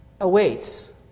awaits